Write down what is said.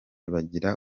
bagira